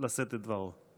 לשאת את דברו.